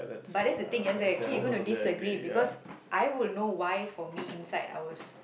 but that's the thing it's like K you're going disagree because I would know why for me inside I was